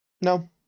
No